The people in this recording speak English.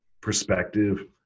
perspective